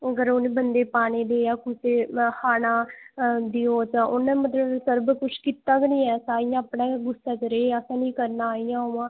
अगर ओह् उ'नें बंदें ई पानी देऐ जां कुसै खाना देओ जां उ'न्नै मतलब सब किश कीता गै निं ऐसा इ'यां अपने गै गुस्सै च रेह् असें निं करना इ'यां उ'आं